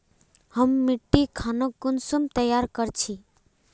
हम मिट्टी खानोक कुंसम तैयार कर छी?